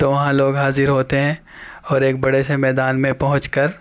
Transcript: تو وہاں لوگ حاضر ہوتے ہیں اور ایک بڑے سے میدان میں پہنچ کر